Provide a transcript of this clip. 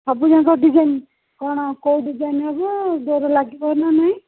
ସବୁଯାକ ଡିଜାଇନ୍ କ'ଣ କେଉଁ ଡିଜାଇନ୍ ହେବ ଡୋର ଲାଗିବ ନା ନାହିଁ